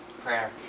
Prayer